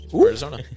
Arizona